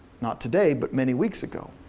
not today, but many weeks ago.